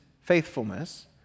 faithfulness